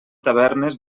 tavernes